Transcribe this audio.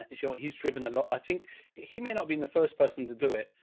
if you want, he's driven a lot. i think he may not be the first person to do it,